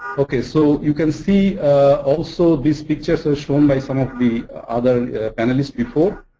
okay, so you can see also these pictures as shown by some of the other panelists before.